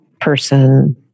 person